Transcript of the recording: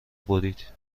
برید